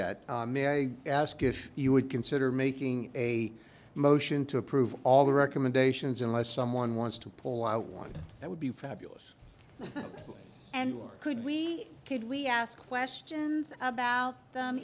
at may i ask if you would consider making a motion to approve all the recommendations unless someone wants to pull out one that would be fabulous and could we could we ask questions about them